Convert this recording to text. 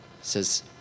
says